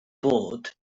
bod